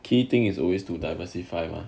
key thing is always to diversify mah